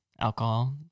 alcohol